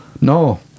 No